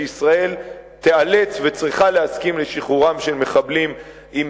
שישראל תיאלץ וצריכה להסכים לשחרורם של מחבלים עם